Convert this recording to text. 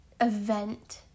event